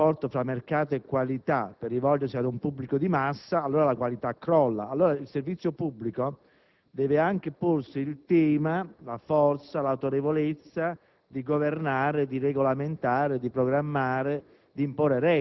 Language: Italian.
del rapporto fra mercato e qualità per rivolgersi ad un pubblico di massa, la qualità crolla. Il servizio pubblico deve anche porsi il problema e avere la forza e l'autorevolezza di governare, regolamentare, programmare,